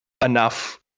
enough